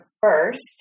first